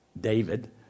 David